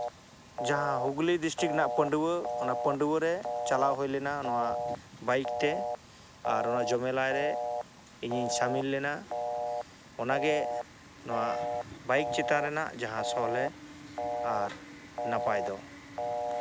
ᱡᱟᱦᱟᱸ ᱦᱩᱜᱽᱞᱤ ᱰᱤᱥᱴᱤᱠ ᱨᱮᱱᱟᱜ ᱯᱟᱺᱰᱣᱟᱹ ᱚᱱᱟ ᱯᱟᱺᱰᱣᱟᱹ ᱨᱮ ᱪᱟᱞᱟᱣ ᱦᱩᱭ ᱞᱮᱱᱟ ᱱᱚᱣᱟ ᱵᱟᱭᱤᱠ ᱛᱮ ᱟᱨ ᱱᱚᱣᱟ ᱡᱚᱢᱮᱞᱟᱭ ᱨᱮ ᱤᱧᱤᱧ ᱥᱟᱢᱤᱞ ᱞᱮᱱᱟ ᱚᱱᱟᱜᱮ ᱱᱚᱣᱟ ᱵᱟᱭᱤᱠ ᱪᱮᱛᱟᱱ ᱨᱮᱱᱟᱜ ᱡᱟᱦᱟᱸ ᱥᱚᱞᱦᱮ ᱟᱨ ᱱᱟᱯᱟᱭ ᱫᱚ